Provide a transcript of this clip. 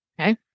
okay